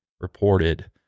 reported